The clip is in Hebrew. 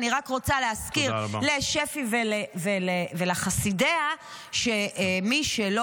אני רוצה רק להזכיר לשפי ולחסידיה שמי שלא